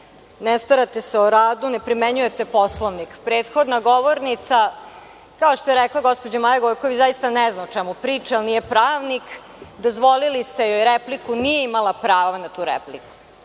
ne starate se o radu, ne primenjujete Poslovnik. Prethodna govornica, kao što je rekla gospođa Maja Gojković, zaista ne zna o čemu priča, nije pravnik, dozvolili ste joj repliku, nije imala pravo na tu repliku. Možemo